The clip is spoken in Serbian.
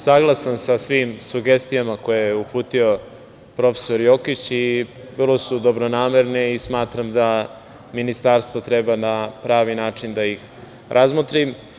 Saglasan sam sa svim sugestijama koje je uputio prof. Jokić, vrlo su dobronamerne i smatram da Ministarstvo treba na pravi način da ih razmotri.